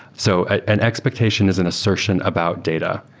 so an expectation is an assertion about data.